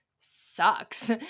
sucks